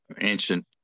ancient